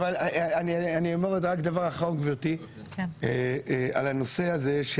אומר דבר אחרון גברתי, על הנושא הזה.